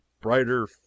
brighter